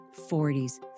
40s